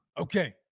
okay